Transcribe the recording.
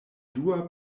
dua